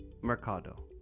Mercado